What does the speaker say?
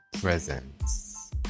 presence